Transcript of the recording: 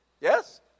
Yes